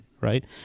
right